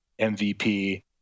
MVP